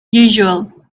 usual